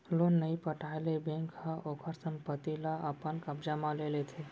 loan नइ पटाए ले बेंक ह ओखर संपत्ति ल अपन कब्जा म ले लेथे